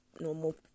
normal